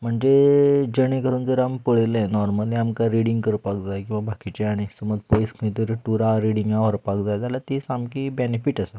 म्हणजे जेणें करून जर आमी पळयलें नोर्मली आमकां रिडींग करपाक जाय किंवा बाकिचें आनी एक समज पयस खंय तरी टुरार रिडींगेक व्हरपाक जाय जाल्यार ती सामकी बेनिफीट आसा